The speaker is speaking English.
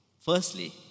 Firstly